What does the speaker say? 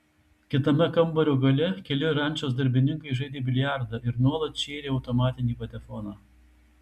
kitame kambario gale keli rančos darbininkai žaidė biliardą ir nuolat šėrė automatinį patefoną